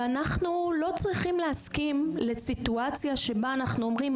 ואנחנו לא צריכים להסכים לסיטואציה שבה אנחנו אומרים,